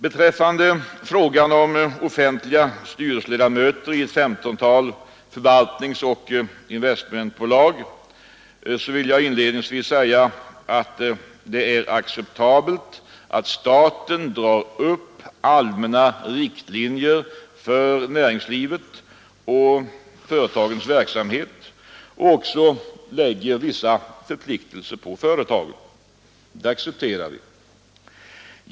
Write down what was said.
Beträffande frågan om offentliga styrelseledamöter i ett femtontal förvaltningsoch investmentbolag vill jag inledningsvis säga att det är acceptabelt att staten drar upp allmänna riktlinjer för näringslivet och företagens verksamhet och också lägger vissa förpliktelser på företagen.